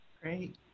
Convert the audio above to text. Great